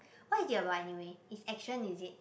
what is it about anyway is action is it